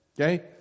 Okay